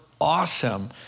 awesome